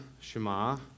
Shema